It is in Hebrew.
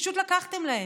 פשוט לקחתם להם.